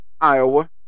Iowa